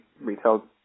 retail